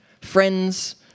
Friends